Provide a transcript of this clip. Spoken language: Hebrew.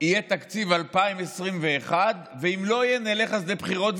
יהיה תקציב 2021. ואם לא יהיה, נלך אז לבחירות.